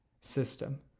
system